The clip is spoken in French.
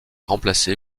remplacé